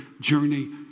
journey